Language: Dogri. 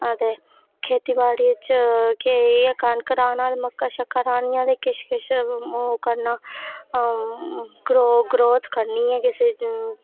खेतीवाड़ी च केह् इ'यै कनक राह्ना मक्कां शक्कां राह्नियां ते किश किश ओह करना ग्रोथ करनी ऐ